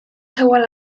tywel